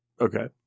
Okay